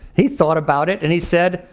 he thought about it and he said,